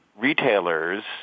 retailers